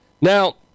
Now